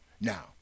Now